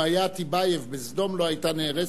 אם היה טיבייב בסדום, היא לא היתה נהרסת.